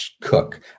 cook